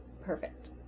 Perfect